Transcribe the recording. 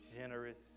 generous